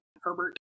Herbert